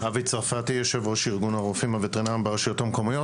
אני יו"ר ארגון הרופאים הווטרינריים ברשויות המקומיות.